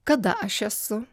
kada aš esu